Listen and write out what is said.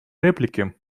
реплики